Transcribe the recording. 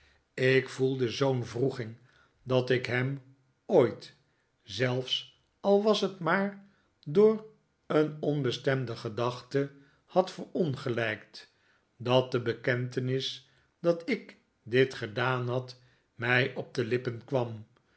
ik voelde zoo'n wroeging dat ik hem ooit zelfs al was het maar door een onbestemde gedachte had verongelijkt dat de bekentenis dat ik dit gedaan had mij op de lippen kwam